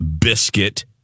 biscuit